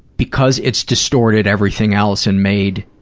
because it's distorted everything else and made